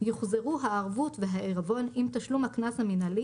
יוחזרו הערבות והעירבון עם תשלום הקנס המינהלי